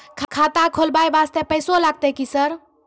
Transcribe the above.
खाता खोलबाय वास्ते पैसो लगते की सर?